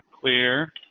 clear